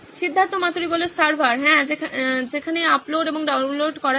Siddharth Maturi server হ্যাঁ সেখানে upload এবং ডাউনলোড করা যায়